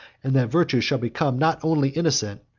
and that virtue shall become, not only innocent,